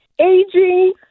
aging